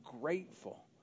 grateful